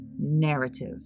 narrative